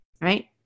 right